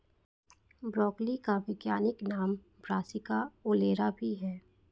broccoli का वैज्ञानिक नाम ब्रासिका ओलेरा भी है